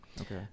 okay